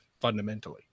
fundamentally